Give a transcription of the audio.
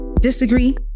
Disagree